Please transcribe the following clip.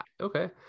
Okay